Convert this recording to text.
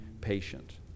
patient